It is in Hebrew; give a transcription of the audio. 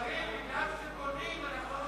מצביע אי-אמון בממשלה?